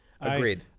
Agreed